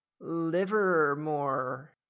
Livermore